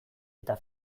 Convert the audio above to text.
eta